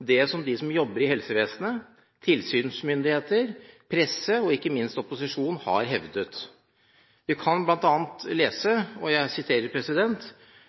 det de som jobber i helsevesenet, tilsynsmyndigheter, presse og ikke minst opposisjonen, har hevdet. Vi kan bl.a. lese: «Selv om norske helse- og